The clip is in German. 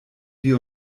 wir